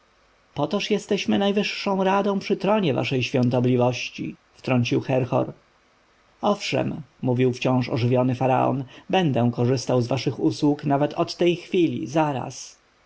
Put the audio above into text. potoż jesteśmy najwyższą radą przy tronie waszej świątobliwości wtrącił herhor owszem mówił wciąż ożywiony faraon będę korzystał z waszych usług nawet od tej chwili zaraz